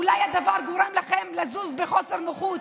אולי הדבר הזה גורם לכם לזוז בחוסר נוחות,